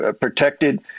protected